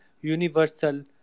universal